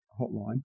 hotline